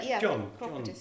John